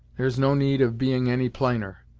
there's no need of being any plainer.